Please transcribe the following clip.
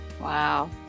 Wow